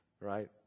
right